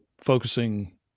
focusing